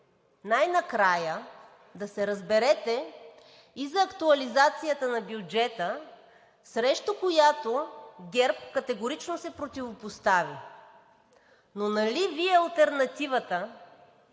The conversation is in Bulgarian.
най-накрая да се разберете и за актуализацията на бюджета, срещу която ГЕРБ категорично се противопостави. Но нали Вие – алтернативата,